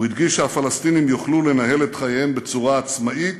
הוא הדגיש שהפלסטינים יוכלו לנהל את חייהם בצורה עצמאית,